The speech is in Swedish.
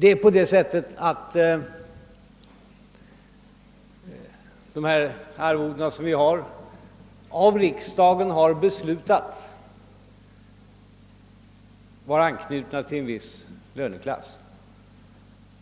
Riksdagen har beslutat att de arvoden som statsråden uppbär skall vara knutna till viss löneklass.